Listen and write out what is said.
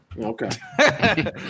Okay